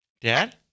Dad